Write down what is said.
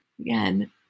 Again